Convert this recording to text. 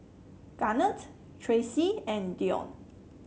Garnet Traci and Dion